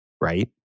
right